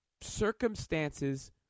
Circumstances